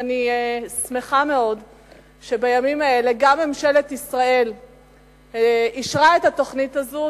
אני שמחה מאוד שבימים האלה גם ממשלת ישראל אישרה את התוכנית הזאת,